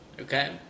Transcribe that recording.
Okay